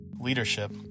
leadership